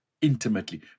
intimately